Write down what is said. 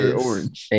orange